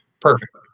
perfect